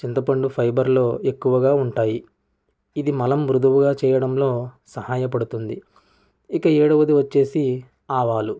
చింతపండు ఫైబర్లు ఎక్కువగా ఉంటాయి ఇది మలం మృదువుగా చేయడంలో సహాయపడుతుంది ఇక ఏడవది వచ్చేసి ఆవాలు